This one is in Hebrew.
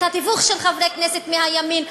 את התיווך של חברי כנסת מהימין.